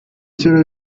kera